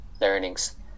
learnings